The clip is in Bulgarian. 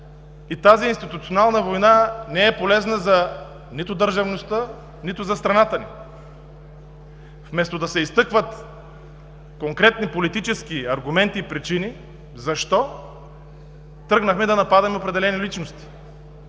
една институционална война, която не е полезна нито за държавността, нито за страната ни. Вместо да се изтъкват конкретни политически аргументи и причини, защо тръгнахме да нападаме определени личности?